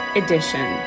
edition